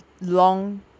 long